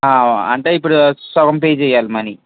ఆ అంటే ఇప్పుడు సగం పే చేయాలి మనీ